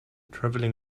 traveling